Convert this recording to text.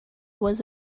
was